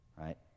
Right